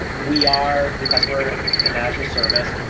we are, because we're an azure service,